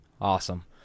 Awesome